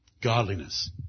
Godliness